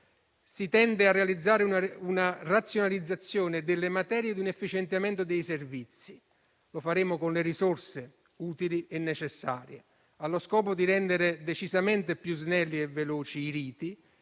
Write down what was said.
Si tende a realizzare una razionalizzazione delle materie ed un efficientamento dei servizi; lo faremo con le risorse utili e necessarie, allo scopo di rendere decisamente più snelli e veloci i riti